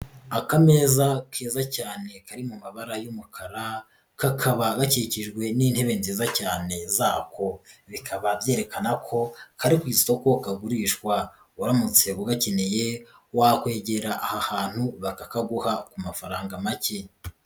Akameza keza cyane kari mu mabara y'umukara, kakaba gakikijwe n'intebe nziza cyane zako, bikaba byerekana ko kari ku isoko kagurishwa, uramutse ugakeneye wakwegera aha hantu bakakaguha amafaranga make.